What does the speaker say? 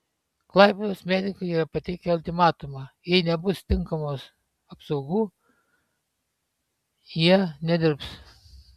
klaipėdos medikai yra pateikę ultimatumą jei nebus tinkamos apsaugų jie nedirbs